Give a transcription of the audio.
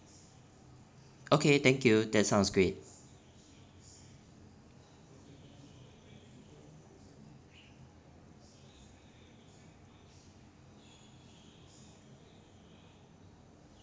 okay thank you that sounds great